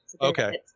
Okay